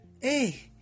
hey